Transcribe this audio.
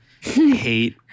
hate